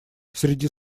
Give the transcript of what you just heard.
среди